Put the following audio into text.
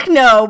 no